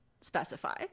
specify